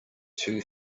too